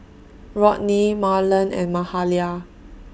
Rodney Marland and Mahalia